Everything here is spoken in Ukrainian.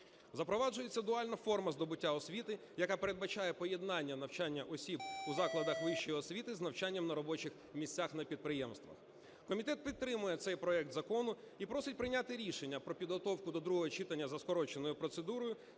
Запроваджується дуальна форма здобуття освіти, яка передбачає поєднання навчання осіб у закладах вищої освіти з навчанням на робочих місцях на підприємствах. Комітет підтримує цей проект закону і просить прийняти рішення про підготовку до другого читання за скороченою процедурою